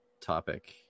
topic